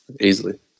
easily